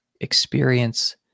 experience